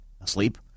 asleep